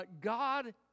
God